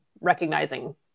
recognizing